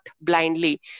blindly